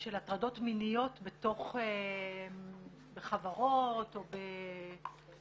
של הטרדות מיניות בחברות או בגופים וכיוצ"ב.